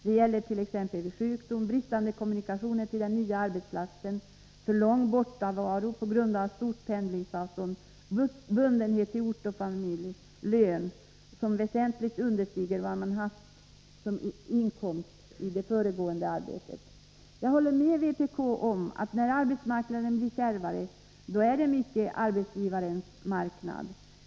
Det gäller t.ex. sjukdom, bristande kommunikationer till den nya arbetsplatsen, för lång bortovaro på grund av stort pendlingsavstånd, bundenhet till ort och familj, lön som väsentligt understiger vad man haft som inkomst i föregående arbete. Jag håller med vpk om att när arbetsmarknaden blir kärvare, då är det mycket arbetsgivarens marknad.